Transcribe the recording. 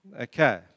Okay